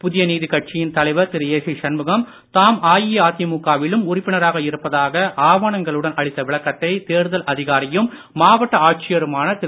புதிய நீதி கட்சியின் தலைவா் திரு ஏ சி சண்முகம் தாம் அஇஅதிமுக விலும் உறுப்பினராக இருப்பதாக ஆவணங்களுடன் அளித்த விளக்கத்தை தேர்தல் அதிகாரியும் மாவட்ட ஆட்சியருமான திரு